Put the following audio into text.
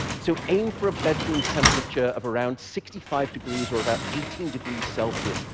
so aim for a bedroom temperature of around sixty five degrees, or about eighteen degrees celsius.